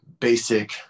basic